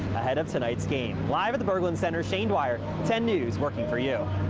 ahead of tonight's game live at the berglund center shane wire, ten news working for you.